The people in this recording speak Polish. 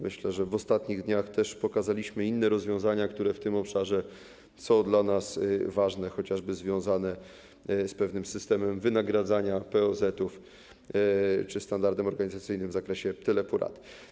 Myślę, że w ostatnich dniach też pokazaliśmy inne rozwiązania, które w tym obszarze są dla nas ważne, chociażby związane z systemem wynagradzania POZ czy standardem organizacyjnym w zakresie teleporad.